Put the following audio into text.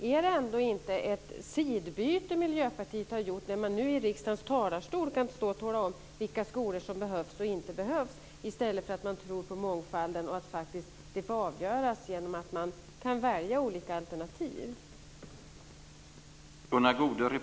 Är det inte ett sidbyte som Miljöpartiet har gjort när man nu i riksdagens talarstol kan stå och tala om vilka skolor som behövs och inte behövs, i stället för att man tror på mångfalden och att det får avgöras genom att det finns olika alternativ att välja mellan?